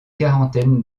quarantaine